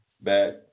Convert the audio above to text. Back